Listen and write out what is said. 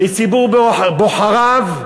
לציבור בוחריו,